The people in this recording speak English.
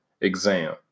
exam